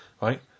Right